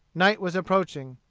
night was approaching.